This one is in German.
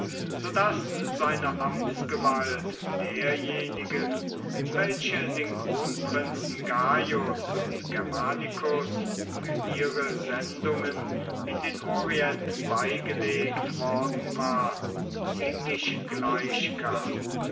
so daß seine amtsgewalt derjenigen welche den kronprinzen gaius und germanicus für ihre sendungen in den orient beigelegt worden war ziemlich gleichkam